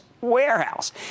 warehouse